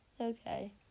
Okay